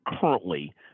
currently